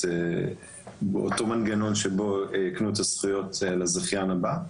אותו מנגנון שבו הקנו את הזכויות לזכיין הבא.